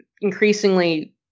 increasingly